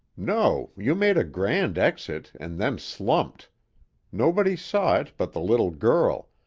no, you made a grand exit, and then slumped nobody saw it but the little girl,